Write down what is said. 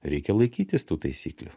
reikia laikytis tų taisyklių